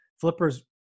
Flippers